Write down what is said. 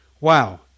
Wow